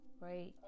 right